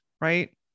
right